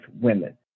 women